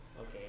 Okay